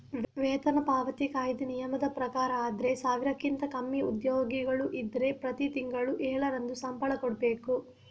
ವೇತನ ಪಾವತಿ ಕಾಯಿದೆ ನಿಯಮದ ಪ್ರಕಾರ ಆದ್ರೆ ಸಾವಿರಕ್ಕಿಂತ ಕಮ್ಮಿ ಉದ್ಯೋಗಿಗಳು ಇದ್ರೆ ಪ್ರತಿ ತಿಂಗಳು ಏಳರಂದು ಸಂಬಳ ಕೊಡ್ಬೇಕು